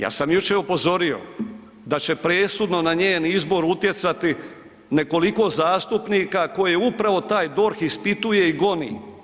Ja sam jučer upozorio da će presudno na njen izbor utjecati nekoliko zastupnika koje upravo taj DORH ispituje i goni.